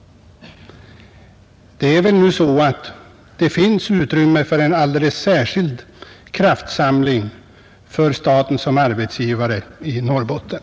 Det är väl nu så att det finns utrymme för en alldeles särskild kraftsamling för staten som arbetsgivare i Norrbotten.